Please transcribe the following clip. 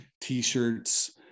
t-shirts